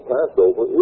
Passover